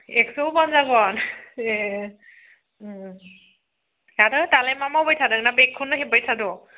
एकस' होबानो जागोन ए आरो दालाय मा मावबाय थादों ना बेगखौनो हेबबाय थादों